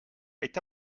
est